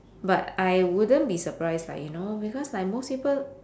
but I wouldn't be surprised like you know because like most people